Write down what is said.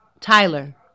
Tyler